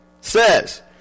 says